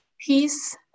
Peace